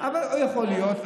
יכול להיות,